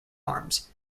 arms